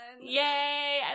yay